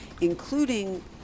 including